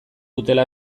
dutela